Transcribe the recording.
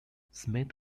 smith